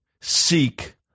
seek